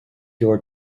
your